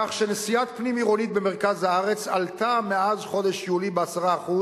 כך שנסיעה פנים-עירונית במרכז הארץ עלתה מאז חודש יולי ב-10%,